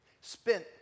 Spent